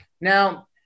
now